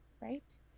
right